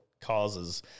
causes